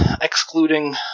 excluding